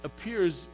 appears